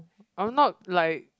I'm not like